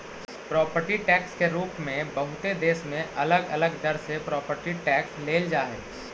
property tax के रूप में बहुते देश में अलग अलग दर से प्रॉपर्टी टैक्स लेल जा हई